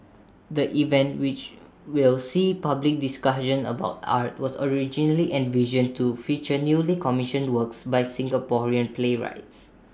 the event which will see public discussions about art was originally envisioned to feature newly commissioned works by Singaporean playwrights